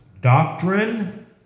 Doctrine